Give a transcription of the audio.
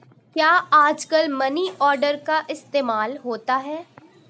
क्या आजकल money order का इस्तेमाल होता है?